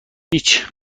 هیچ